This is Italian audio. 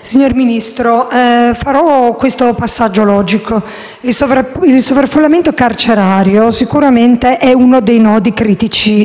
Signor Ministro, farò questo passaggio logico. Il sovraffollamento carcerario sicuramente è uno dei nodi critici del sistema giudiziario del nostro Paese.